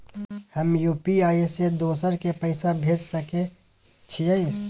हम यु.पी.आई से दोसर के पैसा भेज सके छीयै?